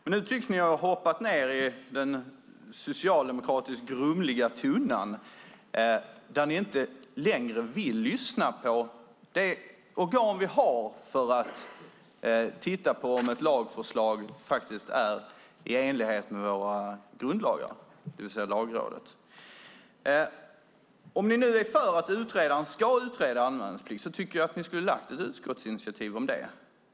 Men nu tycks ni ha hoppat ned i den socialdemokratiskt grumliga tunnan och vill inte längre lyssna på det organ vi har för att titta på om ett lagförslag är i enlighet med våra grundlagar, det vill säga Lagrådet. Om ni nu är för att utredaren ska utreda en anmälningsplikt tycker jag att ni skulle ha lagt ett utskottsinitiativ om det.